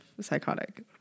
psychotic